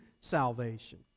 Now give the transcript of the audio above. salvation